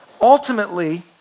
Ultimately